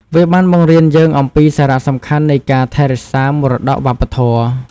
វាបានបង្រៀនយើងអំពីសារៈសំខាន់នៃការថែរក្សាមរតកវប្បធម៌។